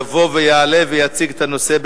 יבוא ויעלה ויציג את הנושא.